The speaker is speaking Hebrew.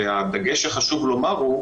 הדגש שחשוב לומר הוא,